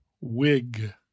wig